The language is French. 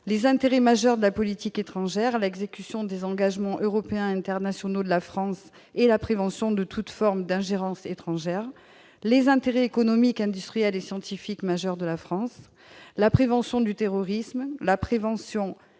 les intérêts majeurs de la politique étrangère, l'exécution des engagements européens et internationaux de la France et la prévention de toute forme d'ingérence étrangère ; les intérêts économiques, industriels et scientifiques majeurs de la France ; la prévention du terrorisme ; la prévention